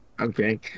Okay